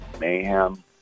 mayhem